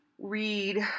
read